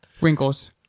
wrinkles